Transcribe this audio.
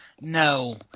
No